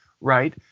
right